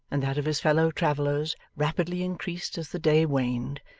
and that of his fellow-travellers, rapidly increased as the day waned,